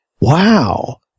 Wow